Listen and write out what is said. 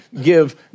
give